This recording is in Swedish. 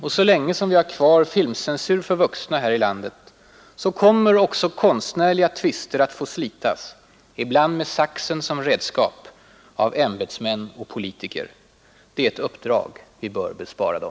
Och så länge vi har kvar filmcensur för vuxna här i landet kommer också konstnärliga tvister att få slitas, ibland med saxen som redskap, av ämbetsmän och politiker. Det är ett uppdrag vi bör bespara dem.